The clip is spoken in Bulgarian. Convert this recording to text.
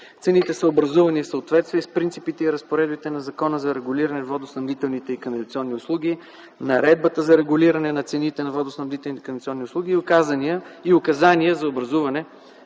Цените са образувани в съответствие с принципите и разпоредбите на Закона за регулиране на водоснабдителните и канализационни услуги, Наредбата за регулиране на цените на водоснабдителните и канализационни услуги и указания за образуване